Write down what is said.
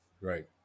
Right